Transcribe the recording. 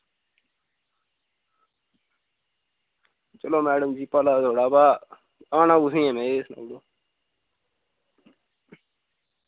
चलो मैडम जी भला थोआड़ा वा आना कुत्थें ऐ मैं एह् सनाऊड़ो